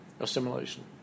Assimilation